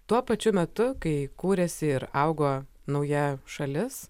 tuo pačiu metu kai kūrėsi ir augo nauja šalis